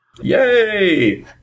Yay